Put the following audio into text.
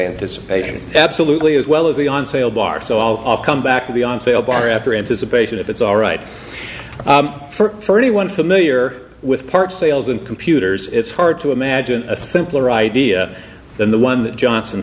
anticipation absolutely as well as the on sale bar so i'll come back to the on sale bar after anticipation if it's alright for thirty one familiar with parts sales and computers it's hard to imagine a simpler idea than the one that johnson